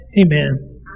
amen